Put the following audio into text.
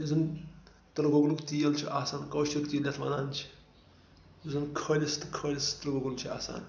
یُس زَن تِلہٕ گۄگلُک تیٖل چھُ آسان کٲشُر تیٖل یَتھ وَنان چھِ یُس زَن خٲلِص تہٕ خٲلِص تِلہٕ گۄگُل چھُ آسان